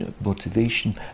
motivation